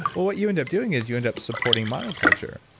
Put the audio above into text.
what you end up doing is you end up supporting mono culture.